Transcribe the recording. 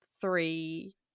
three